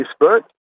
Facebook